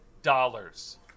Dollars